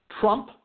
Trump